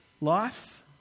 Life